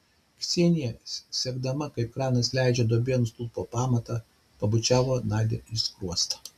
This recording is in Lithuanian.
ksenija sekdama kaip kranas leidžia duobėn stulpo pamatą pabučiavo nadią į skruostą